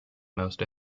most